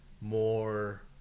more